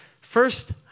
First